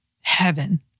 heaven